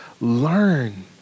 learn